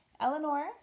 Eleanor